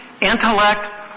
intellect